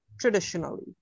traditionally